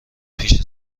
پیش